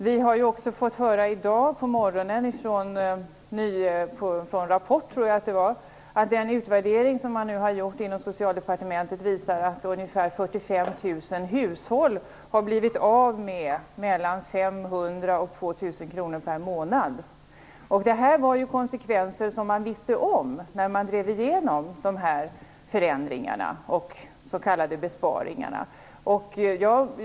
Vi har också i dag på morgonen fått höra i Rapport att den utvärdering som nu har gjorts inom Socialdepartementet visar att ungefär 45 000 hushåll har blivit av med mellan 500 och 2 000 kr per månad. Den konsekvensen kände man till när man drev igenom de här förändringarna, de s.k. besparingarna.